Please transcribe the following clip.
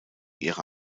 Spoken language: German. ihre